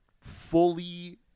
fully